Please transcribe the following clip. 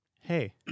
Hey